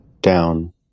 Down